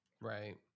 Right